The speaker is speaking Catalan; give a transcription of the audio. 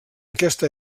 aquesta